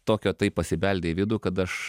tokio taip pasibeldė į vidų kad aš